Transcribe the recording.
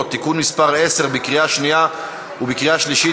(תיקון מס' 10) לקריאה שנייה וקריאה שלישית.